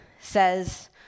says